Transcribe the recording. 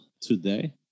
today